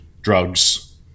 drugs